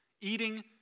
Eating